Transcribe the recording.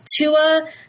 Tua